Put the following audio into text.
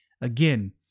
again